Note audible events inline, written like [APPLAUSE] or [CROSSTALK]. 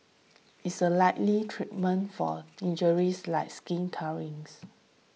is a likely treatment for injuries like skin [UNINTELLIGIBLE]